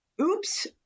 Oops